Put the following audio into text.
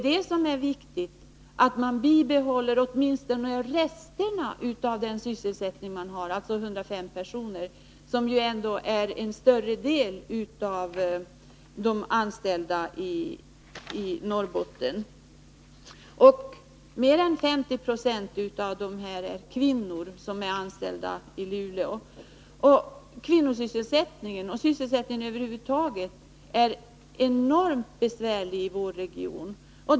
Vad som är viktigt är att man bibehåller åtminstone resterna av den sysselsättning man har, dvs. 105 personer, som ju ändå är en större del av de anställda i Norrbotten. Mer än 50 Z av dem är kvinnor, anställda i Luleå. Situationen beträffande kvinnosysselsättningen och sysselsättningen över huvud taget är enormt besvärlig i vår region.